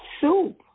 Soup